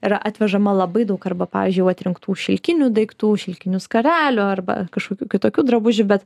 yra atvežama labai daug arba pavyzdžiui jau atrinktų šilkinių daiktų šilkinių skarelių arba kažkokių kitokių drabužių bet